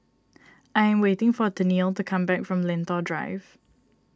I am waiting for Tennille to come back from Lentor Drive